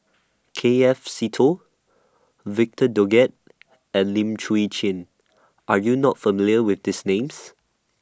K F Seetoh Victor Doggett and Lim Chwee Chian Are YOU not familiar with These Names